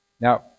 Now